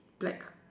black